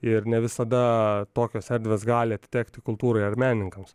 ir ne visada tokios erdvės gali atitekti kultūrai ar menininkams